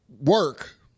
work